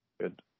Good